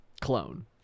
Clone